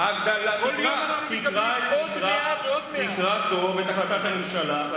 תקרא טוב את החלטת הממשלה.